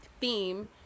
theme